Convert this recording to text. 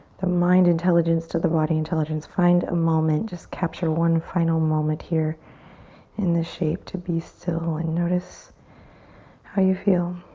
the mind intelligence to the body intelligence. find a moment. just capture one final moment here in this shape to be still and notice how you feel.